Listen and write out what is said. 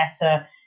better